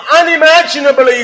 unimaginably